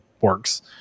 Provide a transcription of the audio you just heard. works